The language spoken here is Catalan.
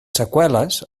seqüeles